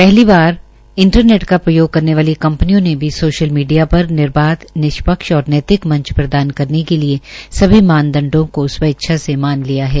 पहली बार इंटरनेट का प्रयोग करने वाली कंपनियों ने भी सोशल मीडिया पर निर्बाध निष्पक्ष और नैतिक मंच प्रदान करने के लिये सभी मानदंडो को स्वैच्छा से मान लिया है